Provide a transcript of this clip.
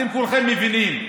אתם כולכם מבינים,